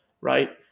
right